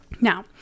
Now